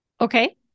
Okay